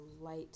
light